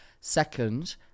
Second